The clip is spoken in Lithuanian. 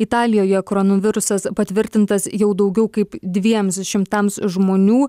italijoje koronavirusas patvirtintas jau daugiau kaip dviems šimtams žmonių